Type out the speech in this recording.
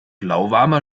lauwarmer